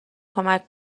کمک